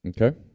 Okay